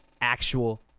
actual